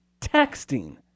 texting